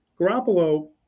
Garoppolo